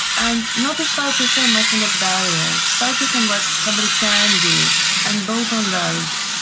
and not to focus so much on the barriers, focus on what somebody can do and build on those,